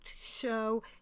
show